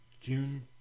June